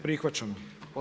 Prihvaćamo.